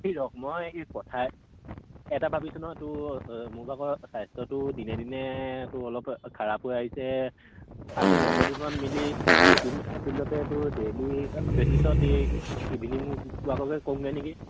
হীৰক মই এই কথা এটা ভাবিছোঁ নহয় তোৰ মোৰ ভাগৰ স্বাস্থ্যটো দিনে দিনেতো অলপ খাৰাপ হৈ আহিছে আমি লগৰ দুটামান মিলি এ টিম ফিল্ডতে তোৰ ডেইলি বেচিছত এই ইভিনিং ৱাককে কৰোঁগৈ নেকি